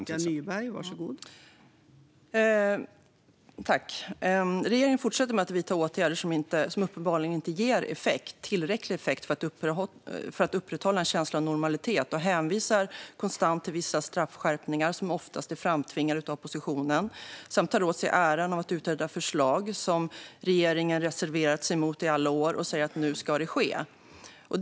Fru talman! Regeringen fortsätter att vidta åtgärder som uppenbarligen inte ger tillräcklig effekt, för att upprätthålla en känsla av normalitet. Man hänvisar konstant till vissa straffskärpningar, som oftast är framtvingade av oppositionen, samt tar åt sig äran för att man utreder förslag som man har reserverat sig mot i alla år men nu säger ska genomföras.